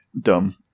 dumb